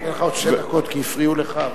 אני אתן לך עוד שתי דקות כי הפריעו לך.